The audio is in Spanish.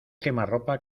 quemarropa